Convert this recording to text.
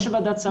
אז תדווח על זה.